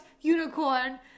unicorn